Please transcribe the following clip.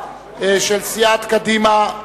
של סיעת קדימה.